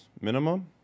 minimum